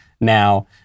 now